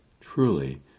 truly